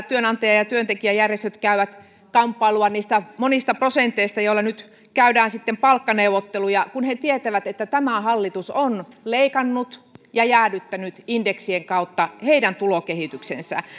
työnantaja ja työntekijäjärjestöt käyvät kamppailua niistä monista prosenteista joilla nyt käydään palkkaneuvotteluja kun he tietävät että tämä hallitus on leikannut ja jäädyttänyt indeksien kautta heidän tulokehityksensä